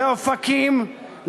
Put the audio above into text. לאופקים,